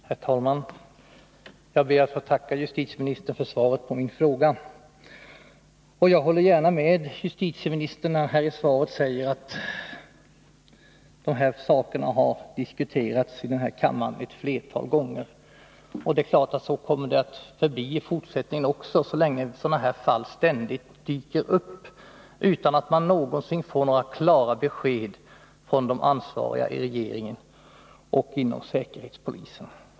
Herr talman! Jag ber att få tacka justitieministern för svaret på min fråga. Jag håller gärna med honom när han säger att de här sakerna har diskuterats ett flertal gånger här i kammaren, och så kommer det naturligtvis att förbli i fortsättningen också, så länge sådana här fall ständigt dyker upp utan att man någonsin får några klara besked från de ansvariga i regeringen och inom säkerhetspolisen.